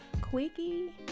quickie